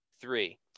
Three